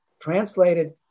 translated